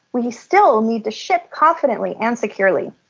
we still need to ship confidently and securely.